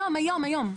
היום, היום.